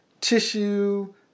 tissue